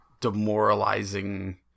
demoralizing